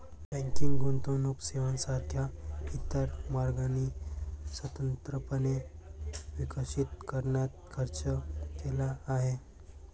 banking गुंतवणूक सेवांसारख्या इतर मार्गांनी स्वतंत्रपणे विकसित करण्यात खर्च केला आहे